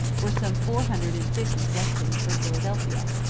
were some four hundred and fifty destined for philadelphia.